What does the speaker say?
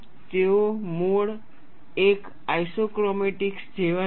તેઓ mode I isochromatics જેવા જ છે